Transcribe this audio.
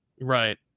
Right